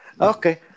Okay